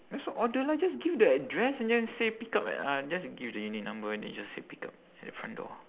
just order lah just give the address and then say pick up uh just give the unit number and you just say pick up at the front door